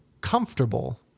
comfortable